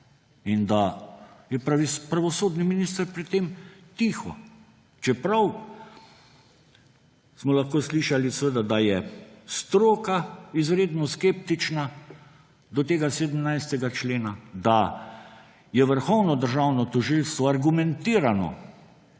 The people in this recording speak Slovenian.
in da je pravosodni minister pri tem tiho. Čeprav smo lahko slišali, seveda, da je stroka izredno skeptična do tega 17. člena, da je Vrhovno državno tožilstvo argumentirano